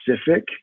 specific